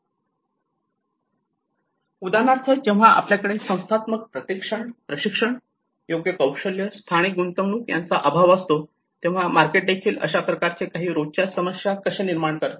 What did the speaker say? उदाहरणार्थ जेव्हा आपल्याकडे संस्थात्मक प्रशिक्षण योग्य कौशल्य स्थानिक गुंतवणूक यांचा अभाव असतो तेव्हा मार्केट देखील अशा प्रकारचे काही रोजच्याच समस्या कसे निर्माण करतात